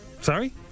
Sorry